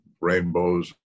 rainbows